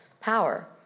power